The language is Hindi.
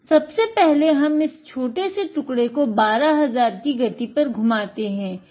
सबसे पहले हम इस छोटे से टुकड़े को 12000 की गति पर घुमाते हैं